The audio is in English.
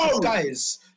guys